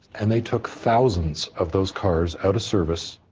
and they took thousands of those cars out of service